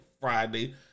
Friday